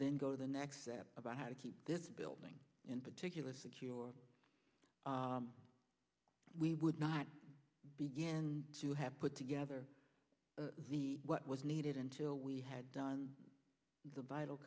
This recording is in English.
then go to the next step about how to keep this building in particular secure we would not begin to have put together what was needed until we had done the vital